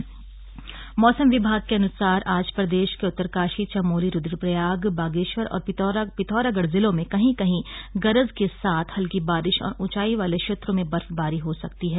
मौसम मौसम विभाग के अनुसार आज प्रदेश के उत्तरकाशी चमोली रूद्रप्रयाग बागेश्वर और पिथौरागढ जिलों में कहीं कहीं गरज के साथ हल्की बारिश और ऊंचाई वाले क्षेत्रों में बर्फवारी हो सकती है